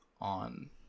on